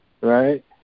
right